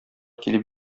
килеп